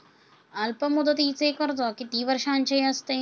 अल्पमुदतीचे कर्ज किती वर्षांचे असते?